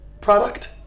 product